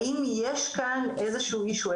האם יש כאן איזשהו מישהו,